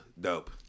Dope